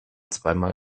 zweimal